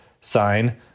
sign